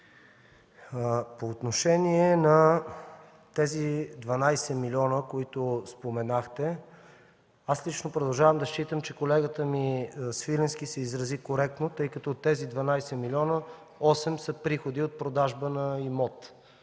По отношение на тези 12 милиона, които споменахте, аз лично продължавам да считам, че колегата Свиленски се изрази коректно, тъй като от тези 12 милиона – 8 са приходи от продажба на имот,